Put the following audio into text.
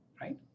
right